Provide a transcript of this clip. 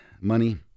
money